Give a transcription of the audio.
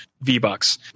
V-Bucks